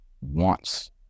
wants